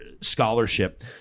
Scholarship